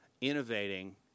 innovating